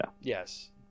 Yes